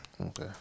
Okay